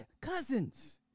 cousins